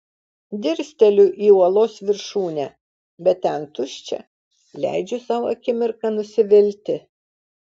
dirsteliu į uolos viršūnę bet ten tuščia leidžiu sau akimirką nusivilti